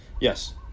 Yes